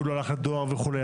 כי הוא לא הלך לדואר וכולי,